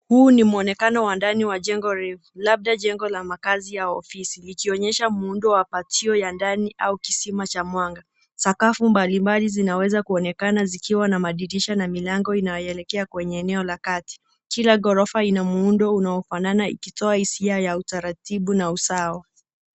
Huu ni muonekano wa ndani wa jengo labda jengo ya makazi ya ofisi ikionyesha muundo wa pachio ya ndani au kisima cha mwanga, sakafu mbali mbali zina weza kuonekana zikiwa na madirisha na milango inayo elekea kwenye eneo la kati ,kila ghorofa ina muundo unao fanana ikitoa hisia ya utaratibu na usawa.